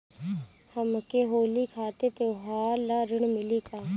हमके होली खातिर त्योहार ला ऋण मिली का?